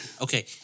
Okay